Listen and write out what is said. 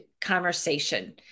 conversation